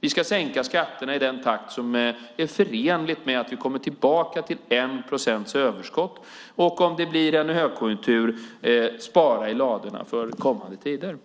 Vi ska sänka skatterna i den takt som är förenligt med att vi kommer tillbaka till 1 procents överskott. Om det blir en högkonjunktur ska vi spara i ladorna för kommande tider.